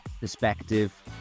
perspective